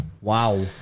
Wow